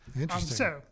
Interesting